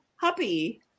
happy